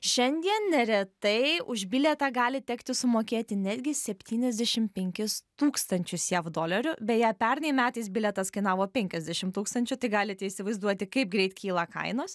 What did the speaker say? šiandien neretai už bilietą gali tekti sumokėti netgi septyniasdešim penkis tūkstančius jav dolerių beje pernai metais bilietas kainavo penkiasdešim tūkstančių tai galite įsivaizduoti kaip greit kyla kainos